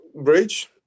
Bridge